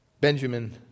Benjamin